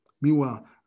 Meanwhile